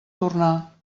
tornar